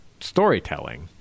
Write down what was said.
storytelling